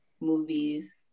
movies